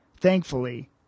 thankfully